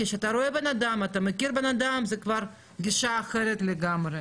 כי כשאתה רואה בן אדם ואתה מכיר בן אדם זו כבר גישה אחרת לגמרי.